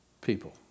people